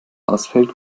ausfällt